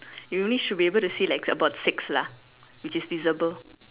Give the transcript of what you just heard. you only should be able to see like about six lah which is visible